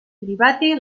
kiribati